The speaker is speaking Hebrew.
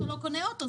אתה לא קונה אותו,